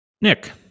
nick